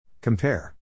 Compare